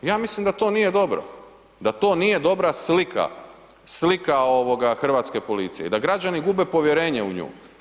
Ja mislim da to nije dobro, da to nije dobra slika, slika hrvatske policije i da građani gube povjerenje u nju.